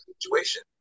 situation